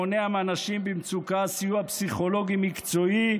מונע מאנשים במצוקה סיוע פסיכולוגי מקצועי,